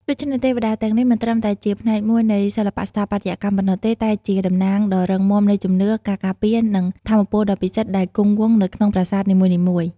ដូច្នេះ ទេវតាទាំងនេះមិនត្រឹមតែជាផ្នែកមួយនៃសិល្បៈស្ថាបត្យកម្មប៉ុណ្ណោះទេ តែជាតំណាងដ៏រឹងមាំនៃជំនឿ ការការពារ និងថាមពលដ៏ពិសិដ្ឋដែលគង់វង្សនៅក្នុងប្រាសាទនីមួយៗ។